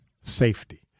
safety